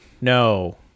no